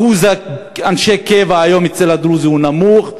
אחוז אנשי הקבע היום אצל הדרוזים הוא נמוך,